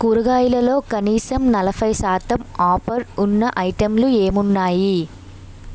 కూరగాయలలో కనీసం నలభై శాతం ఆఫర్ ఉన్న ఐటెంలు ఏమి ఉన్నాయి